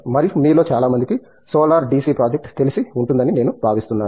మరియు మీలో చాలా మందికి సోలార్ డిసి ప్రాజెక్ట్ తెలిసి ఉంటుందని నేను భావిస్తున్నాను